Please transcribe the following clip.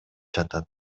жатат